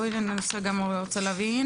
בואי ננסה גם אני רוצה להבין,